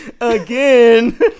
again